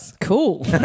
Cool